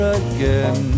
again